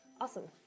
Awesome